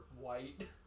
white